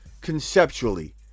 conceptually